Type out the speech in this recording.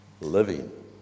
living